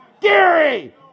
Gary